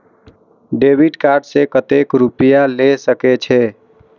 Debit card से कतेक रूपया ले सके छै?